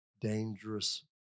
dangerous